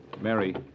Mary